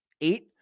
Eight